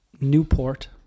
Newport